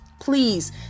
please